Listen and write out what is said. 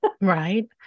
Right